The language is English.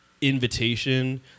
invitation